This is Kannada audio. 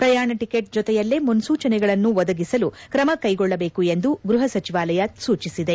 ಪ್ರಯಾಣ ಟಕೆಟ್ ಜೊತೆಯಲ್ಲೇ ಮುನ್ನೂಚನೆಗಳನ್ನು ಒದಗಿಸಲು ಕ್ರಮ ಕ್ಲೆಗೊಳ್ಳಬೇಕು ಎಂದು ಗ್ಬಹ ಸಚಿವಾಲಯ ಸೂಚಿಸಿದೆ